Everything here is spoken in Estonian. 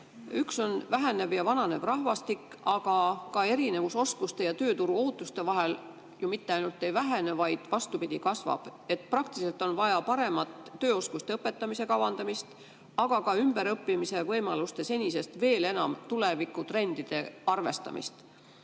on vähenev ja vananev rahvastik, aga ka erinevus oskuste ja tööturu ootuste vahel ju mitte ainult ei vähene, vaid vastupidi, kasvab. Praktiliselt on vaja paremat tööoskuste õpetamise kavandamist, aga ka ümberõppimise võimaluste puhul senisest veel enam tulevikutrendide arvestamist.